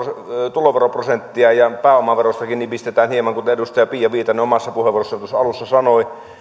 tuloveroprosenttia ja pääomaverostakin nipistetään hieman kuten edustaja pia viitanen omassa puheenvuorossaan tuossa alussa sanoi